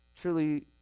truly